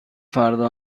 فردا